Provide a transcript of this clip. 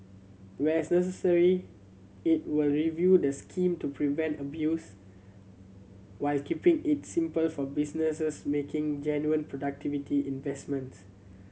where's necessary it will review the scheme to prevent abuse while keeping it simple for businesses making genuine productivity investments